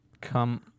come